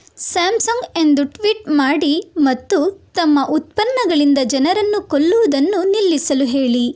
Samsung ಎಂದು tweet ಮಾಡಿ ಮತ್ತು ತಮ್ಮ ಉತ್ಪನ್ನಗಳಿಂದ ಜನರನ್ನು ಕೊಲ್ಲುವುದನ್ನು ನಿಲ್ಲಿಸಲು ಹೇಳಿ